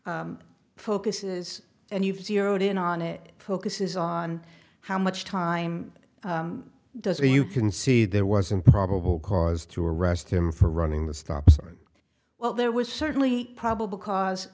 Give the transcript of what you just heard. focuses and you've been on it focuses on how much time does mean you can see there wasn't probable cause to arrest him for running the stop sign well there was certainly probable cause